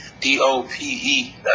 D-O-P-E